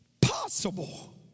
possible